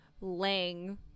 Lang